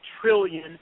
trillion